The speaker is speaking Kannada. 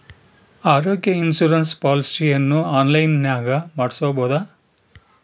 ಆರೋಗ್ಯ ಇನ್ಸುರೆನ್ಸ್ ಪಾಲಿಸಿಯನ್ನು ಆನ್ಲೈನಿನಾಗ ಮಾಡಿಸ್ಬೋದ?